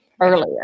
earlier